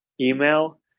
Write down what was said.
email